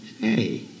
Hey